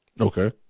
Okay